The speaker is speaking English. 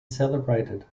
celebrated